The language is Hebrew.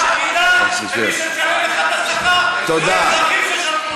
זו בגידה במי שמשלם לך את השכר, שכמותך.